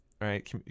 right